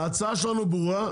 ההצעה שלנו ברורה.